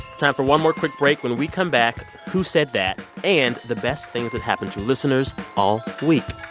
time for one more quick break. when we come back, who said that and the best things that happened to listeners all week